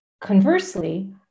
Conversely